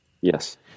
Yes